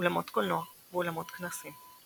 אולמות קולנוע ואולמות כנסים.